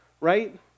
right